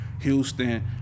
Houston